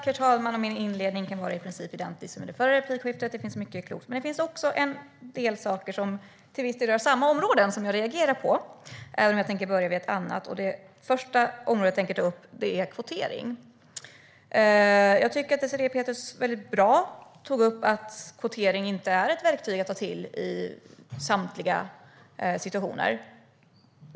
Herr talman! Min inledning kan vara i princip identisk med den i förra replikskiftet. Det finns mycket klokt men också en del saker, till viss del inom samma områden, som jag reagerar på. Det första området jag tänker ta upp är kvotering. Jag tycker att Désirée Pethrus väldigt väl tog upp att kvotering inte är ett verktyg att ta till i samtliga situationer.